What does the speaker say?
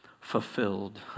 fulfilled